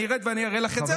אני ארד ואני אראה לך את זה.